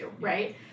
right